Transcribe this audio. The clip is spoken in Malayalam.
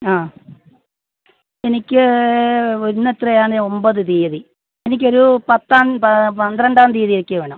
ആ എനിക്ക് ഇന്ന് എത്രയാണ് ഒമ്പത് തീയ്യതി എനിക്ക് ഒരു പത്താം പന്ത്രണ്ടാം തീയ്യതിയേക്ക് വേണം